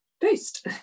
Boost